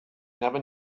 never